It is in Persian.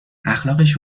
اخلاقش